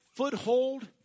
Foothold